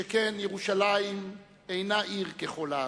שכן ירושלים אינה עיר ככל הערים,